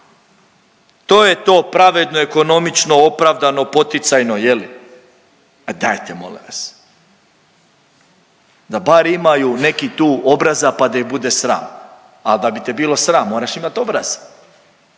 To je to pravedno, ekonomično, opravdano, poticajno, je li? Pa dajte molim vas. Da bar imaju neki tu obraza, pa da ih bude sram, a da bi te bilo sram moraš imat obraz,